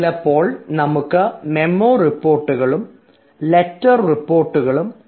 ചിലപ്പോൾ നമുക്ക് മെമ്മോ റിപ്പോർട്ടുകളും ലെറ്റർ റിപ്പോർട്ടുകളും ഉണ്ടാകും